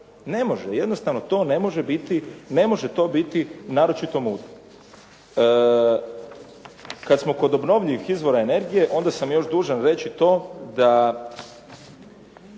Ne može, jednostavno to ne može biti naročito mutno. Kad smo kod obnovljivih izvora energije onda sam još dužan reći to da